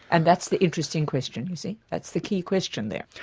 and that's the interesting question, you see? that's the key question there.